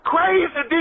Crazy